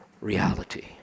reality